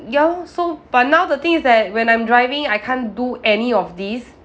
ya lor so but now the thing is that when I'm driving I can't do any of these